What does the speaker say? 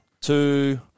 two